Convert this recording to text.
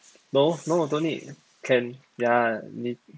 no no don't need can ya